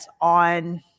on